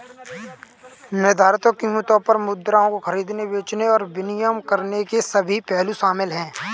निर्धारित कीमतों पर मुद्राओं को खरीदने, बेचने और विनिमय करने के सभी पहलू शामिल हैं